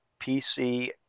PC